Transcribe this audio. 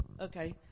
Okay